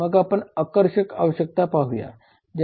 मग आपण आकर्षक आवश्यकता पाहूया